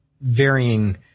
varying